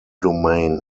domain